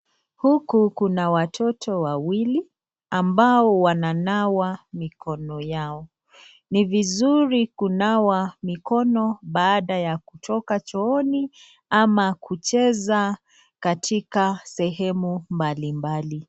Huku kuna watoto wawili ambao wananawa mikono yao. Ni vizuri kunawa mikono baada ya kutoka chooni ama kucheza katika sehemu mbali mbali.